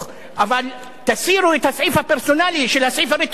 אבל תסירו את הסעיף הפרסונלי של הסעיף הרטרואקטיבי,